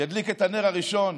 ידליק את הנר הראשון,